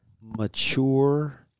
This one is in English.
mature